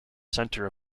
center